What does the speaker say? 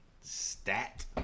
stat